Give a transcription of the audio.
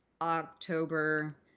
October